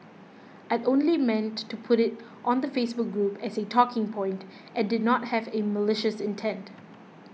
I'd only meant to put it on the Facebook group as a talking point and did not have in malicious intent